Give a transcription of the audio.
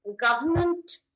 government